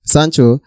Sancho